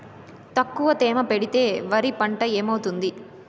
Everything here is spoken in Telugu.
తక్కువ తేమ పెడితే వరి పంట ఏమవుతుంది